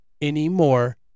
anymore